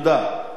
בבקשה.